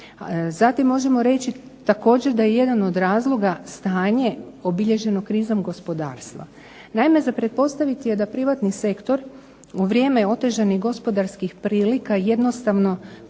Zatim možemo reći također da je jedan od razloga stanje obilježeno krizom gospodarstva. Naime, za pretpostaviti je da privatni sektor u vrijeme otežanih gospodarskih prilika jednostavno poduzima